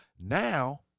now